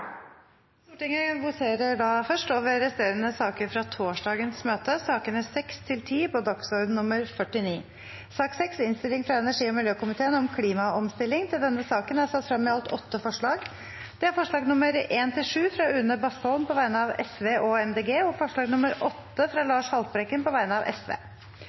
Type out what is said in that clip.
Stortinget pause i debatten for å votere. Stortinget voterer først over resterende saker fra torsdagens møte, sakene nr. 6–10 på dagsorden nr. 49. Under debatten er det satt frem i alt åtte forslag. Det er forslagene nr. 1–7, fra Une Bastholm på vegne av Sosialistisk Venstreparti og Miljøpartiet De Grønne forslag nr. 8, fra Lars Haltbrekken på vegne av SV